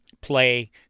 play